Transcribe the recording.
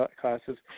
classes